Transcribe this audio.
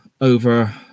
over